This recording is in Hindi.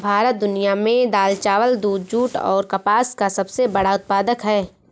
भारत दुनिया में दाल, चावल, दूध, जूट और कपास का सबसे बड़ा उत्पादक है